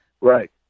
Right